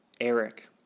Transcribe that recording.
Eric